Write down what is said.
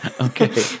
Okay